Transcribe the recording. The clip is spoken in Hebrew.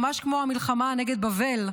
ממש כמו המלחמה נגד בבל,